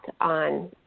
on